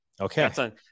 Okay